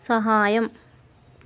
సహాయం